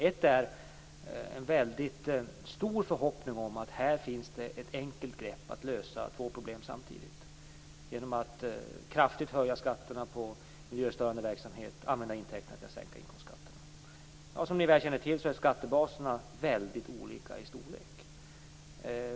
Ett är en väldigt stor förhoppning om att det här finns ett enkelt grepp att lösa två problem samtidigt genom att kraftigt höja skatterna på miljöstörande verksamhet och använda intäkterna till att sänka inkomstskatterna. Som ni väl känner till är skattebaserna väldigt olika i storlek.